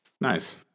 Nice